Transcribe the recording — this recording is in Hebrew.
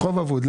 חוב אבוד.